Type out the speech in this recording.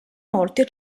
molte